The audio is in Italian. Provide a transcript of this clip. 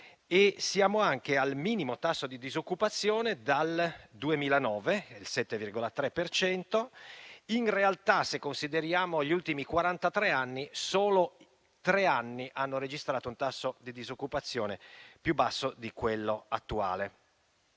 Siamo anche al tasso minimo di disoccupazione dal 2009 (7,3 per cento). In realtà, se consideriamo gli ultimi quarantatré anni, solo tre anni hanno registrato un tasso di disoccupazione più basso di quello attuale,